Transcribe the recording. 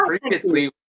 previously